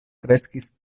kreskis